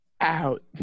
out